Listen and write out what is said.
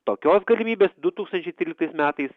tokios galimybės du tūkstančiai tryliktais metais